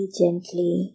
gently